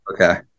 Okay